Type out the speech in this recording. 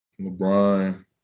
LeBron